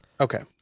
okay